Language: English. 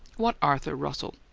what arthur russell?